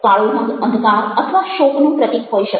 કાળો રંગ અંધકાર અથવા શોકનું પ્રતીક હોઈ શકે